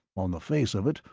on the face of it,